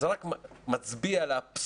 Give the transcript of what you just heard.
זה רק מצביע על האבסורד